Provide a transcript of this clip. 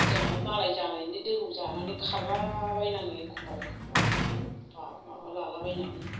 जोंहा मालाय जानायनि दोहौ जानानै खारला बायनाङो एखमब्ला एखमब्ला माबा लालाबायनानै